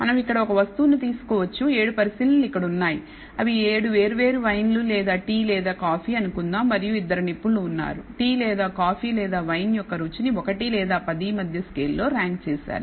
మనం ఇక్కడ ఒక వస్తువును తీసుకోవచ్చు 7 పరిశీలనలు ఇక్కడ ఉన్నాయి అవి 7 వేర్వేరు వైన్లు లేదా టీ లేదా కాఫీ అనుకుందాం మరియు ఇద్దరు నిపుణులు ఉన్నారు టీ లేదా కాఫీ లేదా వైన్ యొక్క రుచి ని 1 లేదా 10 మధ్య స్కేల్లో ర్యాంక్ చేశారు